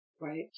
right